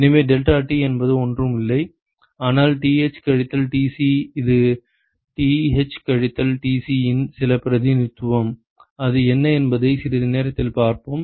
எனவே டெல்டாடி என்பது ஒன்றும் இல்லை ஆனால் Th கழித்தல் Tc இது Th கழித்தல் Tc இன் சில பிரதிநிதித்துவம் அது என்ன என்பதை சிறிது நேரத்தில் பார்ப்போம்